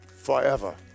forever